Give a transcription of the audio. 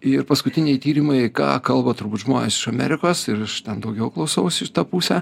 ir paskutiniai tyrimai ką kalba turbūt žmonės iš amerikos ir aš ten daugiau klausausi iš tą pusę